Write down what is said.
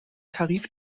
tarif